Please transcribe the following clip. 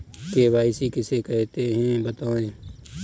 KYC किसे कहते हैं बताएँ?